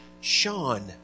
Sean